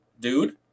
dude